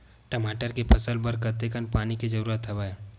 टमाटर के फसल बर कतेकन पानी के जरूरत हवय?